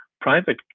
private